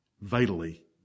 vitally